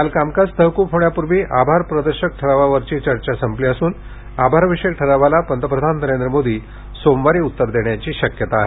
काल कामकाज तहकूब होण्यापूर्वी आभार प्रदर्शक ठरावावरची चर्चा संपली असून आभारविषयक ठरावाला पंतप्रधान नरेंद्र मोदी सोमवारी उत्तर देण्याची शक्यता आहे